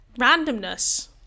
randomness